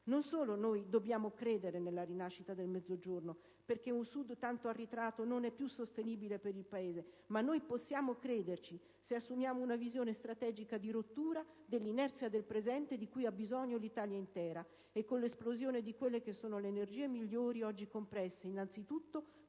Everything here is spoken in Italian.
Non solo noi dobbiamo credere nella rinascita del Mezzogiorno, perché un Sud tanto arretrato non è più sostenibile per il Paese, ma possiamo crederci, se assumiamo una visione strategica di rottura dell'inerzia del presente, di cui ha bisogno l'Italia intera, e se favoriamo l'esplosione delle energie migliori, oggi compresse, innanzitutto